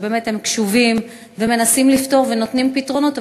שהם באמת קשובים ומנסים לפתור ונותנים פתרונות,